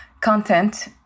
content